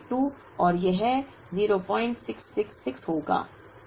04082 और यह 0666 होगा